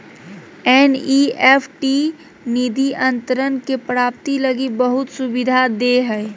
NEFT निधि अंतरण के प्राप्ति लगी बहुत सुविधा दे हइ